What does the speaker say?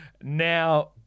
now